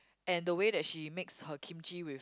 and the way that she makes her kimchi with